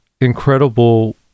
incredible